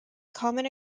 common